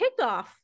kickoff